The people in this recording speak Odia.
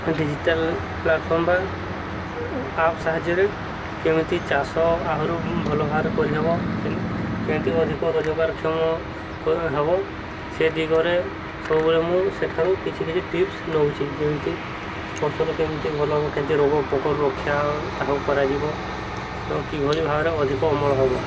ଡିଜିଟାଲ ପ୍ଲାଟଫର୍ମ ବା ଆପ୍ ସାହାଯ୍ୟରେ କେମିତି ଚାଷ ଆହୁରି ଭଲ ଭାବରେ କରିହେବ କେମିତି ଅଧିକ ରୋଜଗାରକ୍ଷମ କରାହେବ ସେ ଦିଗରେ ସବୁବେଳେ ମୁଁ ସେଠାରୁ କିଛି କିଛି ଟିପ୍ସ ନେଉଛି ଯେମିତି ଫସଲ କେମିତି ଭଲ ହେବ କେମିତି ରୋଗ ପୋକରୁ ରକ୍ଷା ତାହାକୁ କରାଯିବ କିଭଳି ଭାବରେ ଅଧିକ ଅମଳ ହେବ